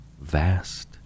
vast